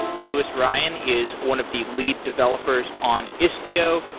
louis ryan is one of the lead developers on istio.